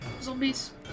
zombies